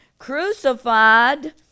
crucified